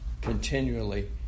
continually